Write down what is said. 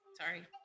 Sorry